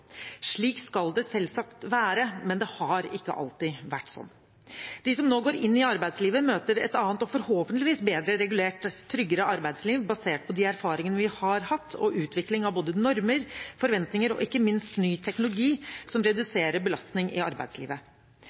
Slik skal det selvsagt være, men det har ikke alltid vært sånn. De som nå går inn i arbeidslivet, møter et annet og forhåpentligvis bedre regulert og tryggere arbeidsliv basert på de erfaringene vi har hatt, og utvikling av både normer, forventninger og ikke minst ny teknologi som reduserer belastning i arbeidslivet.